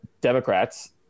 democrats